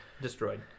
destroyed